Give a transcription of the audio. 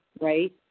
right